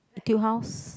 Etude-House